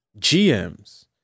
GMs